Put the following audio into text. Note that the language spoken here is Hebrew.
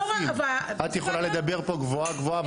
את יכולה לדבר פה גבוהה גבוהה,